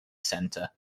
centre